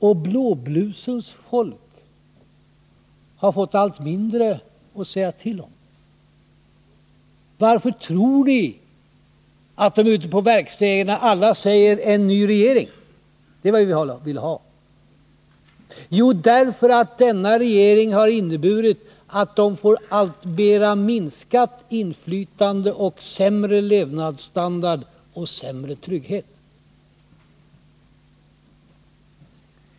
Och blåblusens folk har fått allt mindre att säga till om. Varför tror ni att alla ute på verkstäderna säger att en ny regering — det är vad vi vill ha? Jo, därför att denna regering har inneburit att de får ett alltmer minskat inflytande, sämre levnadsstandard och sämre trygghet.